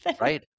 right